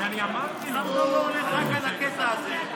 למה אתה לא הולך רק על הקטע הזה?